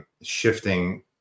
shifting